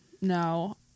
No